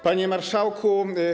Panie Marszałku!